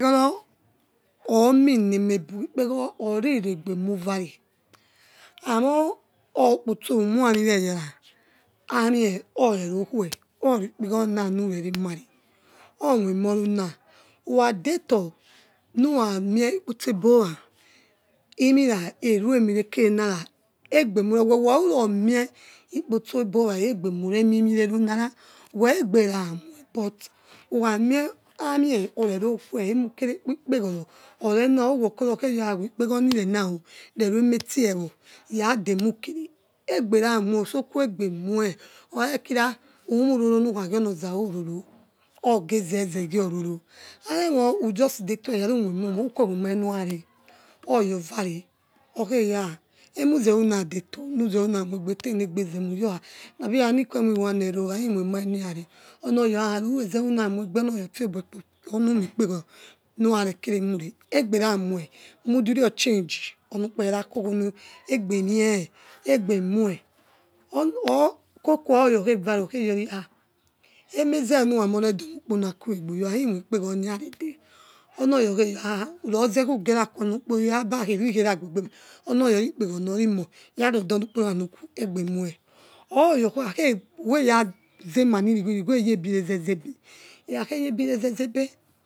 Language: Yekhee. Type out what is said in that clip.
Oro omean emeba ikpgo oriregbeme dane hamor okpotso umeanivers ameor rerukue orikpego na mure remare or moimor ma uradetor nura mie ikpotso ebowe mira eruemirekenara egbemara wero kameromie ikpotso ebowa efberurs ermimin vunirs ewegberg mye but amionerokhy emukere k po ikaguro orent owokors or wikpegonire nad rememeti wo yadenaukere egbenimue utosko ege egbe mue okherere kirg khumyi varonekhs gromozavororo ogezeze giorono are moujsci detor winoimare narave oygovave okheyou ha cam izerunade tor mizerung moibetnetou negbeze moi ly on the nabi your ana iquae moi, one naira wawa imoi emare niyokhare onoya oriyor ha muzebu ndingmuegbe orioya ofioboyek pa onu mikpetgoro murare kere my re egbe remue mudu rie achage onukperers kogono egbemic egbe mue ony orkokus oyakheval okhe yori ha emeze nara redu nakpong ruegbe forbroikprego mirarede onoyori naharoze uyevnquonakp yobakhemyes ikhera gbebeme omiorikpegorona orimo yaredoneckp ranuke egbemule or ojaes, ukheys zermanrigho inigno ey otorrezezebe rekhakhey o obirezezebe.